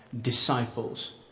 disciples